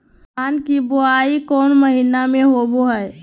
धान की बोई कौन महीना में होबो हाय?